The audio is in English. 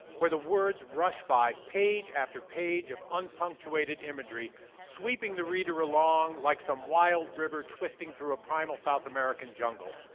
where the words rush by, page after page of unpunctuated imagery sweeping the reader along like some wild river twisting through a primal south american jungle,